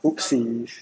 oopsies